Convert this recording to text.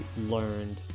learned